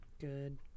Good